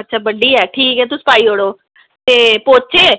अच्छा बड्डी ऐ ठीक ऐ तुस पाई ओ़ड़ो ते पोच्चे